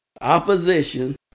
opposition